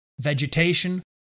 vegetation